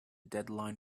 deadline